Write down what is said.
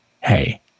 hey